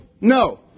No